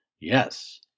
Yes